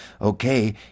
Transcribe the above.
okay